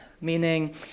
meaning